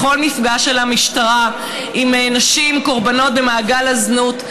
בכל מפגש של המשטרה עם נשים קורבנות במעגל הזנות,